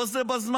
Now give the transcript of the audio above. לא זה בזמן,